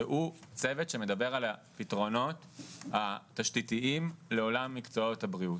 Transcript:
שהוא צוות שמדבר על הפתרונות התשתיתיים לעולם מקצועות הבריאות.